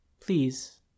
Please